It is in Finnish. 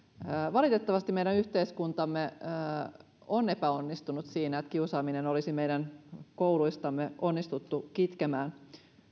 valitettavasti meidän yhteiskuntamme on epäonnistunut siinä että kiusaaminen olisi meidän kouluistamme onnistuttu kitkemään